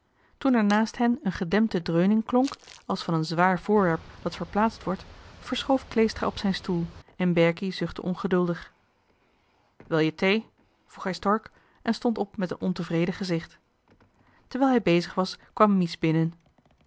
er naast hen een gedempte dreuning klonk als van een zwaar voorwerp dat verplaatst wordt verschoof kleestra op zijn stoel en berkie zuchtte ongeduldig wil je thee vroeg hij stork en stond op met een ontevreden gezicht terwijl hij bezig was kwam mies binnen